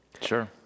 Sure